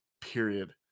period